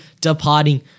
departing